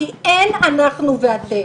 כי אין אנחנו ואתם.